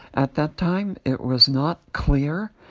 at that time, it was not clear.